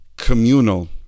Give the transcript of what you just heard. communal